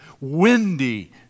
windy